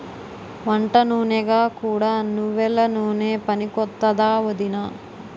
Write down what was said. వంటనూనెగా కూడా నువ్వెల నూనె పనికొత్తాదా ఒదినా?